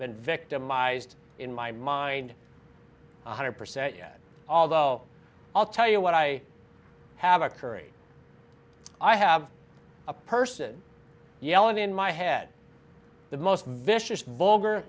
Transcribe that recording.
been victimized in my mind one hundred percent yet although i'll tell you what i have a curry i have a person yelling in my head the most vicious vulgar